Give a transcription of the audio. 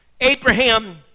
Abraham